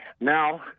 now